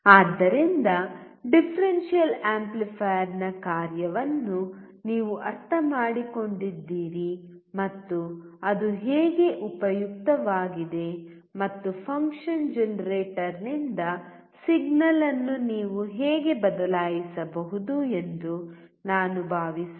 ಆದ್ದರಿಂದ ಡಿಫರೆನ್ಷಿಯಲ್ ಆಂಪ್ಲಿಫೈಯರ್ನ ಕಾರ್ಯವನ್ನು ನೀವು ಅರ್ಥಮಾಡಿಕೊಂಡಿದ್ದೀರಿ ಮತ್ತು ಅದು ಹೇಗೆ ಉಪಯುಕ್ತವಾಗಿದೆ ಮತ್ತು ಫಂಕ್ಷನ್ ಜನರೇಟರ್ನಿಂದ ಸಿಗ್ನಲ್ ಅನ್ನು ನೀವು ಹೇಗೆ ಬದಲಾಯಿಸಬಹುದು ಎಂದು ನಾನು ಭಾವಿಸುತ್ತೇನೆ